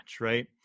right